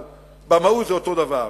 אבל במהות זה אותו דבר,